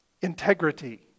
Integrity